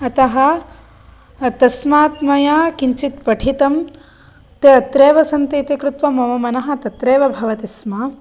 अतः तस्मात् मया किञ्चित् पठितं ते अत्रैव सन्तीति कृत्वा मम मनः तत्रैव भवति स्म